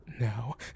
now